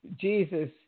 Jesus